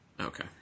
Okay